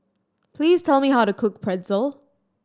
please tell me how to cook Pretzel